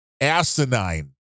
asinine